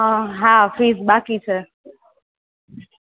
હા ફીસ બાકી છે